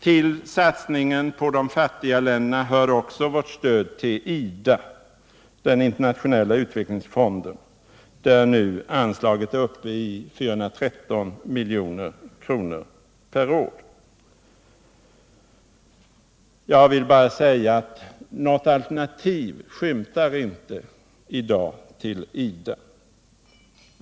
Till satsningen på de fattiga länderna hör även vårt stöd till IDA, den Internationella utvecklingsfonden, där vårt anslag nu uppgår till 413 milj.kr. per år. Jag vill bara säga att något alternativ till IDA inte skymtar i dag.